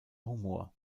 humor